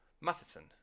Matheson